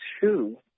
two